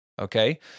okay